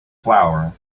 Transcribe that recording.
flour